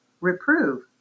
reprove